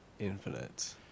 infinite